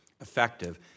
effective